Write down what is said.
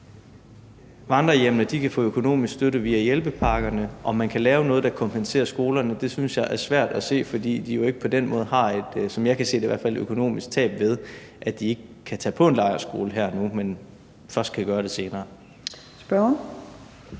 Vandrehjemmene kan få økonomisk støtte via hjælpepakker, men om man kan lave noget, der kompenserer skolerne, synes jeg er svært at se, fordi de jo – i hvert fald som jeg kan se det – ikke på den måde har et økonomisk tab, ved at de ikke kan tage på en lejrskole her og nu, men først kan gøre det senere. Kl.